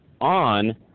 on